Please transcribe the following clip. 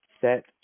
set